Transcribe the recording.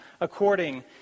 according